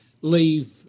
leave